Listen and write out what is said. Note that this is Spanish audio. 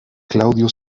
claudio